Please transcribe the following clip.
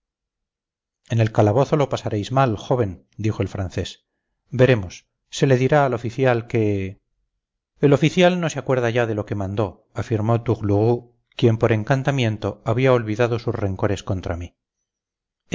en el calabozo lo pasaréis mal joven dijo el francés veremos se le dirá al oficial que el oficial no se acuerda ya de lo que mandó afirmó tourlourou quien por encantamiento había olvidado sus rencores contra mí